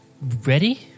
ready